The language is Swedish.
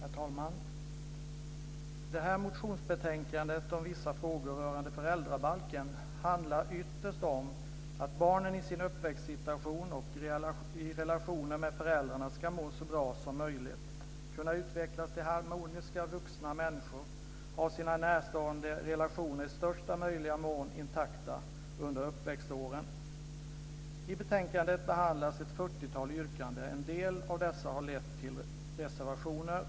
Herr talman! Det här motionsbetänkandet, Vissa frågor rörande föräldrabalken, handlar ytterst om att barnen i sin uppväxtsituation och sina relationer med föräldrarna ska må så bra som möjligt. De ska kunna utvecklas till harmoniska vuxna människor och ha sina närstående relationer i största möjliga mån intakta under uppväxtåren. I betänkandet behandlas ett fyrtiotal yrkanden. En del av dem har lett till reservationer.